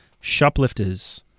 shoplifters